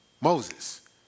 Moses